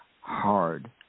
hard